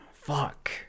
Fuck